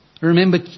remember